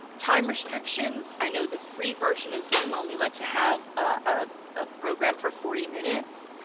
time restrictions i know the free version of zoom only lets you have a ah program for forty minutes.